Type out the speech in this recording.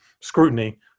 scrutiny